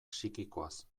psikikoaz